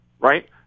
Right